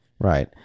Right